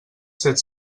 set